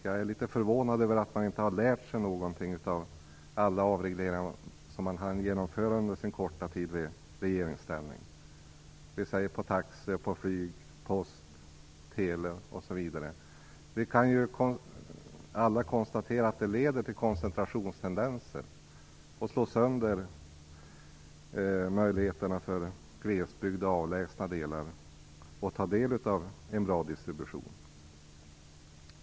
Jag är litet förvånad över att man inte har lärt sig någonting av alla de avregleringar man hann genomföra under sin korta tid i regeringsställning, t.ex. på taxi-, flyg-, post och teleområdet. Vi kan alla konstatera att avreglering leder till koncentrationstendenser och slår sönder möjligheterna för glesbygd och avlägsna landsdelar att ta del av en bra distribution.